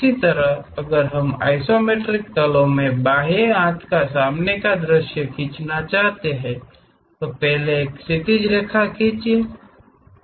इसी तरह अगर हम आइसोमेट्रिक तलो में बाए हाथ का सामने का दृश्य रखना चाहते हैं तो पहले एक क्षैतिज रेखा खींचें